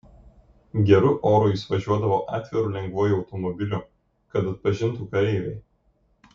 geru oru jis važiuodavo atviru lengvuoju automobiliu kad atpažintų kareiviai